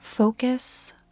Focus